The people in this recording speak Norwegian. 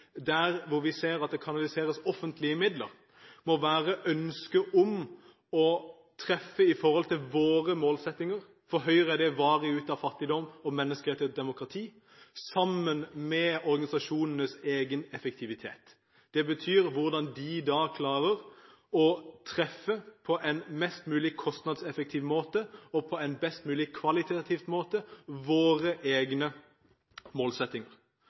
der hvor vi ser at det kanaliseres offentlige midler, være ønsket om å treffe når det gjelder våre målsettinger. For Høyre er det varig ut av fattigdom, menneskerettigheter og demokrati, sammen med organisasjonenes egen effektivitet – det betyr hvordan de på en mest mulig kostnadseffektiv måte, og på en best mulig kvalitativ måte klarer å treffe våre egne målsettinger.